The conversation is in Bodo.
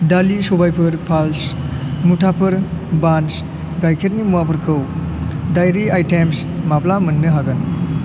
दालि सबायफोर फाल्स मुथाफोर बान्स गाइखेरनि मुवाफोरखौ दाइरि आइटेमस् माब्ला मोन्नो हागोन